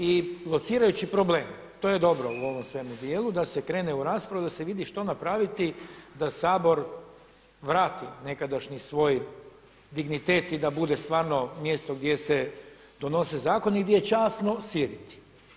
I locirajući problem, to je dobro u ovom cijelom dijelu da se krene u raspravu, da se vidi što napraviti da Sabor vrati nekadašnji svoj dignitet i da bude stvarno mjesto gdje se donose zakoni i gdje je časno sjediti.